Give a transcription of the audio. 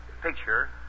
picture